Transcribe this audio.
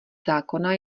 zákona